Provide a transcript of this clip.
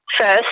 first